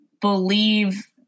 believe